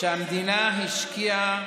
שהמדינה השקיעה